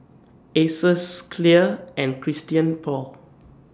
Asos Clear and Christian Paul